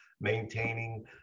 maintaining